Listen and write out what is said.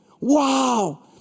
Wow